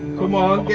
come on,